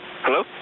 Hello